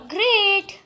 Great